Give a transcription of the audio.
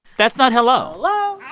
that's not hello hello